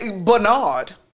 Bernard